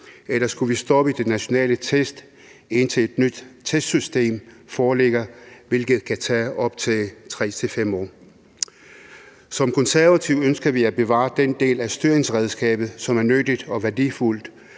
eller skulle vi stoppe de nationale test, indtil et nyt testsystem foreligger, hvilket kan tage op til 3 til 5 år? Som Konservative ønsker vi at bevare den del af styringsredskabet, som er nyttigt og værdifuldt.